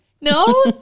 No